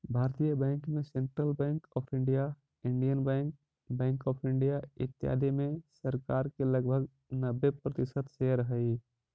भारतीय बैंक में Central Bank of India, Indian Bank, Bank of India, इत्यादि में सरकार के लगभग नब्बे प्रतिशत शेयर हइ